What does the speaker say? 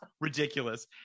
ridiculous